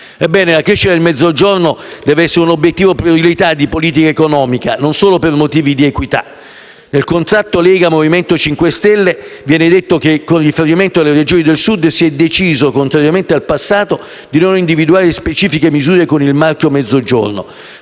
Ebbene, la crescita del Mezzogiorno deve essere un obiettivo prioritario di politica economica, non solo per motivi di equità. Nel contratto Lega-MoVimento 5 Stelle viene detto che, con riferimento alle Regioni del Sud, si è deciso, contrariamente al passato, di non individuare specifiche misure con il marchio Mezzogiorno.